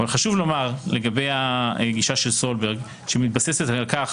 אך חשוב לומר לגבי הגישה של סולברג שמתבססת על כך